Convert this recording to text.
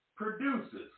Produces